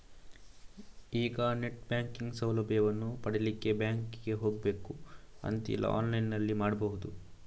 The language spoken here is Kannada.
ಈಗ ನೆಟ್ ಬ್ಯಾಂಕಿಂಗ್ ಸೌಲಭ್ಯವನ್ನು ಪಡೀಲಿಕ್ಕೆ ಬ್ಯಾಂಕಿಗೆ ಹೋಗ್ಬೇಕು ಅಂತಿಲ್ಲ ಆನ್ಲೈನಿನಲ್ಲಿ ಮಾಡ್ಬಹುದು